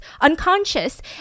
unconscious